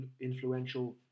influential